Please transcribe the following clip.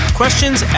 questions